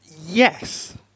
Yes